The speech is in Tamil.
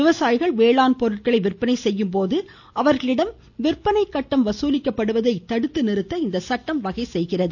விவசாயிகள் வேளாண் பொருட்களை விற்பனை செய்யும்போது அவர்களிடம் விற்பனை கட்டணம் வசூலிக்கப்படுவது தடுத்து நிறுத்த இந்த சட்டம் வகை செய்கிறது